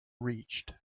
reached